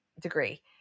degree